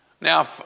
Now